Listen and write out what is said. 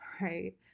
right